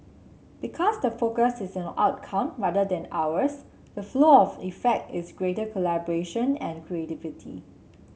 because the focus is on outcome rather than hours the flow on effect is greater collaboration and creativity